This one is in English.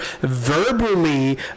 Verbally